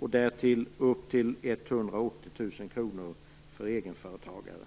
och upp till 180 000 kr för egenföretagare.